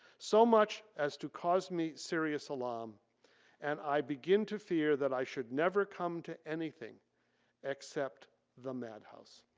so much as to cause me serious alarm and i begin to fear that i should never come to anything except the madhouse.